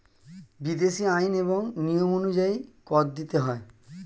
বিদেশী আইন এবং নিয়ম অনুযায়ী কর দিতে হয়